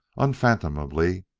unfathomably,